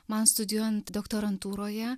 man studijuojant doktorantūroje